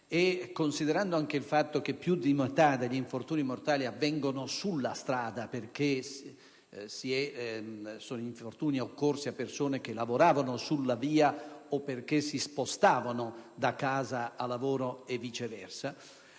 - considerando anche il fatto che più di metà degli infortuni mortali avviene sulla strada, perché riguardano persone che lavorano sulla via o che si spostano da casa al lavoro e viceversa